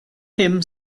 him